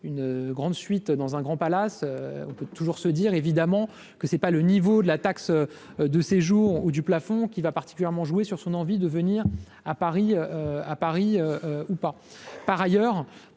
une grande fuite dans un grand palace, on peut toujours se dire évidemment que c'est pas le niveau de la taxe de séjour ou du plafond qui va particulièrement jouer sur son envie de venir à Paris, à Paris ou pas, par ailleurs